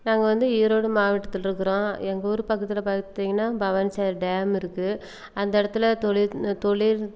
நாங்கள் வந்து ஈரோடு மாவட்டத்தில் இருக்கிறோம் எங்கள் ஊர் பக்கத்தில் பார்த்தீங்கன்னா பவானிசாகர் டேம் இருக்குது அந்த இடத்துல தொழில் தொழில்